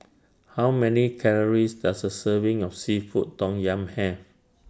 How Many Calories Does A Serving of Seafood Tom Yum Have